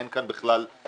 אין כאן בכלל דיון,